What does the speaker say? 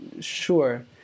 sure